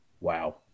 Wow